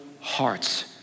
hearts